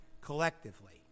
collectively